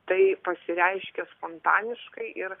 tai pasireiškia spontaniškai ir